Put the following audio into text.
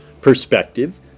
perspective